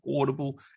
Audible